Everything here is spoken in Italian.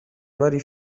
vari